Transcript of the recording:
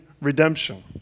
redemption